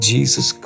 Jesus